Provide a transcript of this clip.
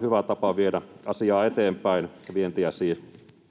hyvä tapa viedä asiaa, vientiä eteenpäin.